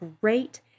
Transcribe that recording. great